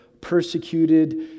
persecuted